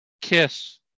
KISS